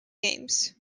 games